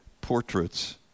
portraits